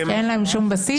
אין להן שום בסיס?